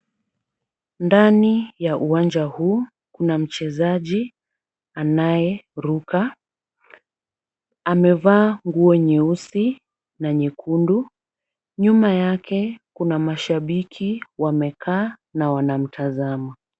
Ndani ya uwanja huu kuna mchezaji anayeruka, amevaa nguo nyeusi na nyekundu. Nyuma yake kuna mashabiki wamekaa na wanamtazama.